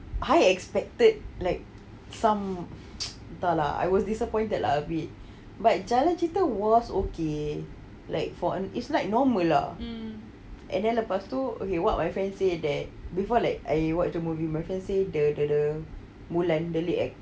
I expected like some entahlah I was disappointed lah with but jalan cerita was okay like is like normal lah and then lepas tu okay what my friend say that before like err I watch the movie my friend said the the the mulan lead actress